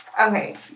Okay